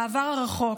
בעבר הרחוק,